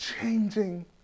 changing